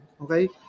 Okay